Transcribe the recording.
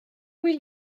will